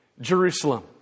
Jerusalem